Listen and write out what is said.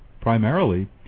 primarily